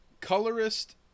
colorist